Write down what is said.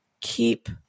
keep